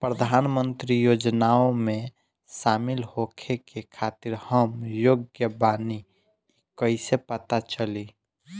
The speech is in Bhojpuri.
प्रधान मंत्री योजनओं में शामिल होखे के खातिर हम योग्य बानी ई कईसे पता चली?